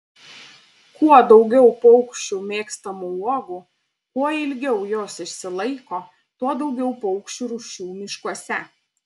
kuo daugiau paukščių mėgstamų uogų kuo ilgiau jos išsilaiko tuo daugiau paukščių rūšių miškuose